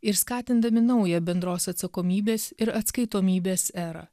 ir skatindami naują bendros atsakomybės ir atskaitomybės erą